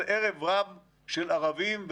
זה ערב רב של ערבים,